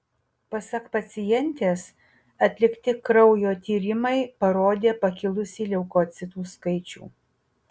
pasak pacientės atlikti kraujo tyrimai parodė pakilusį leukocitų skaičių